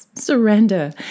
Surrender